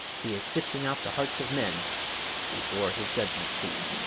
he is sifting out the hearts of men before his judgment seat.